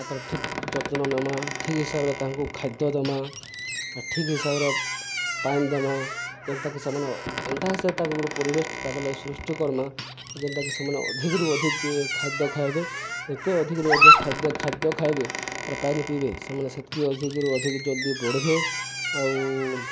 ତାଙ୍କର ଠିକ ଯତ୍ନ ନମା ଠିକ୍ ହିସାବରେ ତାଙ୍କୁ ଖାଦ୍ୟ ଦମା ଠିକ ହିସାବରେ ପାଏନ୍ ଦମା ଯେନ୍ତାକି ସେମାନେ ଏନ୍ତା ହିସାବରେ ତାକୁ ଗୋଟେ ପରିବେଶ ତାଙ୍କ ଲାଗି ସୃଷ୍ଟି କର୍ମା ଯେନ୍ତାକି ସେମାନେ ଅଧିକରୁ ଅଧିକ ଖାଦ୍ୟ ଖାଇବେ ଯେତେ ଅଧିକରୁ ଅଧିକ ଖାଦ୍ୟ ଖାଦ୍ୟ ଖାଇବେ ପାଏନ୍ ପିଇବେ ସେମାନେ ସେତିକି ଅଧିକରୁ ଅଧିକ ଜଲ୍ଦି ବଢ଼ିବେ ଆଉ